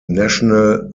national